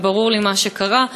וברור לי מה קרה.